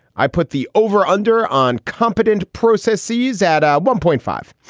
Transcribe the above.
i put the over under on competent processes at um one point five.